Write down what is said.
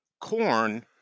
Corn